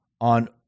on